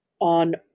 on